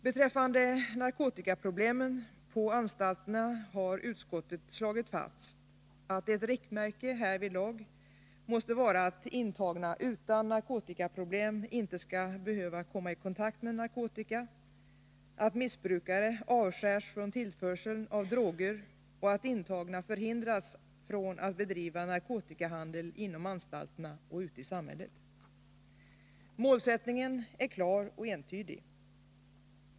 Beträffande narkotikaproblemen på anstalterna har utskottet slagit fast att ett riktmärke härvidlag måste vara att intagna utan narkotikaproblem inte skall behöva komma i kontakt med narkotika, att missbrukare avskärs från tillförsel av droger och att intagna hindras att bedriva narkotikahandel inom anstalterna och ute i samhället. Målsättningen är klar och entydig.